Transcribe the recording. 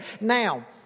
Now